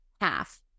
half